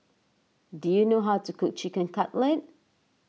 do you know how to cook Chicken Cutlet